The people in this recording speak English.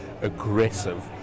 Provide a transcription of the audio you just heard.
aggressive